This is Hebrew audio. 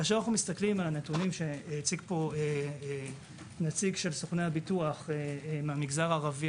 כשמסתכלים על הנתונים שהציג פה נציג של סוכני הביטוח מהמגזר הערבי,